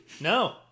no